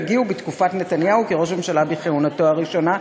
הגיעו בתקופת נתניהו כראש ממשלה בכהותנו הראשונה,